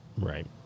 Right